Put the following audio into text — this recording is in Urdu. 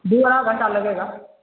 دو ارھائی گھنٹہ لگے گا